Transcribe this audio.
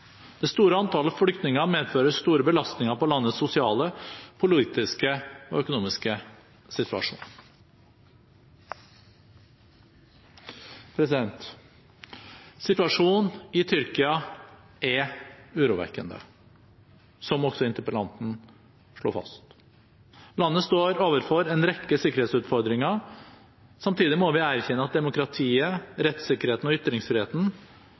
Det store antallet flyktninger medfører store belastninger på landets sosiale, politiske og økonomiske situasjon. Situasjonen i Tyrkia er urovekkende, som også interpellanten slo fast. Landet står overfor en rekke sikkerhetsutfordringer. Samtidig må vi erkjenne at demokratiet, rettssikkerheten og ytringsfriheten